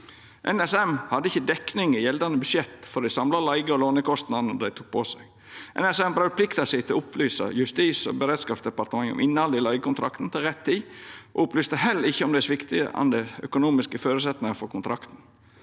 NSM hadde ikkje dekning i gjeldande budsjett for dei samla leige- og lånekostnadene dei tok på seg. NSM braut plikta si til å opplysa Justis- og beredskapsdepartementet om innhaldet i leigekontrakten til rett tid og opplyste heller ikkje om dei sviktande økonomiske føresetnadene for kontrakten.